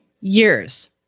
years